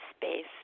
space